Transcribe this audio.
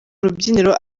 rubyiniro